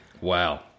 Wow